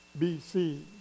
BC